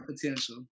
potential